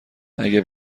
اگه